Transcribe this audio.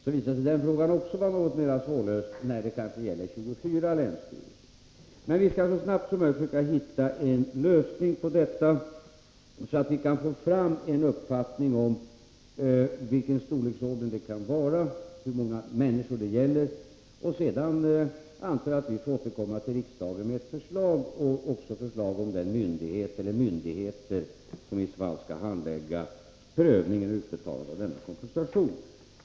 Även den frågan har visat sig vara något mera svårlöst, när det kanske gäller 24 länsstyrelser, men vi skall så snart som möjligt försöka hitta en lösning på detta så att vi kan få fram en uppfattning om vilken storleksordning ärendet har, hur många människor det gäller. Sedan får vi, antar jag, återkomma till riksdagen med ett förslag och då också förslag om den myndighet eller de myndigheter som skall handlägga prövningen och utbetalningen av kompensation.